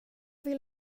vill